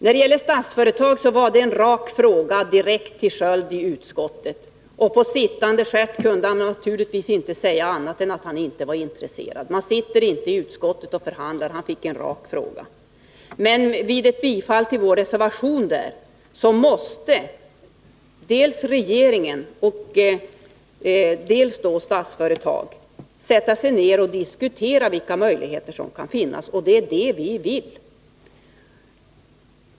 När det gäller Statsföretag var det en rak fråga direkt till Sköld i utskottet, och på sittande stol kunde han naturligtvis inte säga annat än att han inte var intresserad. Man sitter inte i utskottet och förhandlar, utan han fick en rak fråga. Vid ett bifall till vår reservation måste regeringen och Statsföretag sätta sig ner och diskutera vilka möjligheter som kan finnas, och det är det vi vill.